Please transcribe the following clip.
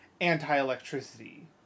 anti-electricity